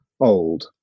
old